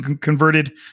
converted